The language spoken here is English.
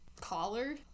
collar